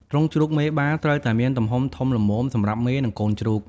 ទ្រុងជ្រូកមេបា ត្រូវតែមានទំហំធំល្មមសម្រាប់មេ និងកូនជ្រូក។